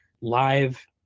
live